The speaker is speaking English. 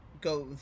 goes